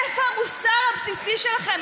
איפה המוסר הבסיסי שלכם?